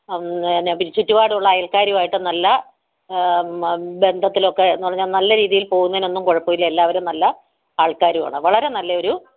അങ്ങനെ ചുറ്റുപാടുമുള്ള അയൽക്കാരുവായിട്ട് നല്ല ന ബന്ധത്തിലൊക്കെ എന്ന് പറഞ്ഞാൽ അതിനെ നല്ല രീതിയിൽ പോകുന്നെന്നോന്നും കുഴപ്പമില്ല എല്ലാവരും നല്ല ആൾക്കാരുവാണ് വളരെ നല്ലൊരു